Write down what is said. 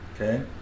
okay